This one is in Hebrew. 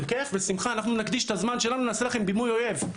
בכיף ובשמחה אנחנו הקדשנו את הזמן שלנו ועשינו להם בימוי אויב.